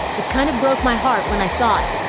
it kind of broke my heart when i saw it,